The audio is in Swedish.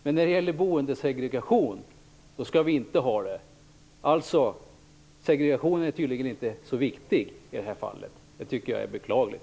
Men när det gäller boendesegregation skall vi inte ha sådana program. Segregationen är tydligen inte så viktig i det här fallet. Det tycker jag är beklagligt.